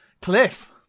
Cliff